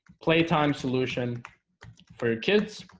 playtime solution for your kids